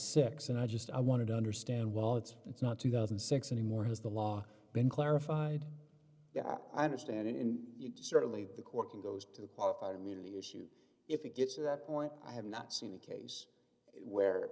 six and i just i wanted to understand well it's it's not two thousand six hundred more has the law been clarified i understand in certainly the corking goes to the qualified immunity issue if it gets to that point i have not seen a case where